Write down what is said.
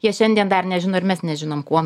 jie šiandien dar nežino ir mes nežinom kuom